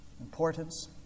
importance